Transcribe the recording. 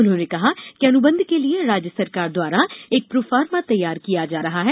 उन्होंने कहा कि अनुबंध के लिए राज्य सरकार द्वारा एक प्रोफार्मा तैयार किया जा रहा है